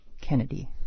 Kennedy